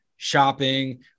shopping